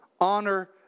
honor